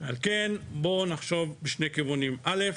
על כן כדאי שנחשוב בשני כיוונים: א',